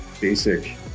basic